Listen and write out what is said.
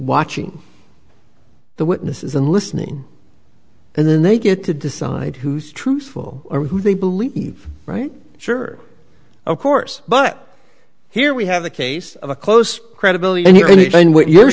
watching the witnesses and listening and then they get to decide who's truthful or who they believe right sure of course but here we have a case of a close credibility and you're going to find what you're